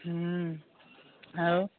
ଆଉ